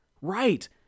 right